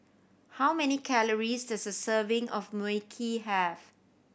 how many calories does a serving of Mui Kee have